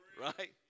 right